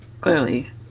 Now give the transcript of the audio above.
clearly